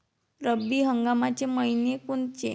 रब्बी हंगामाचे मइने कोनचे?